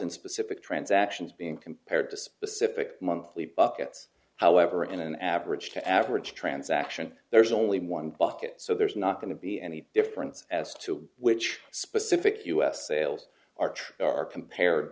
in specific transactions being compared to specific monthly buckets however in an average the average transaction there is only one bucket so there's not going to be any difference as to which specific us sales are true are compared